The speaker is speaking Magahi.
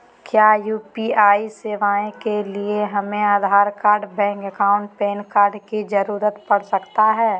क्या यू.पी.आई सेवाएं के लिए हमें Aadhaar card bank account PAN card की जरूरत पड़ सकता है?